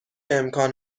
امکان